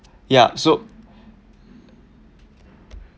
ya so